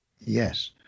yes